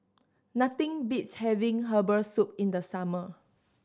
nothing beats having herbal soup in the summer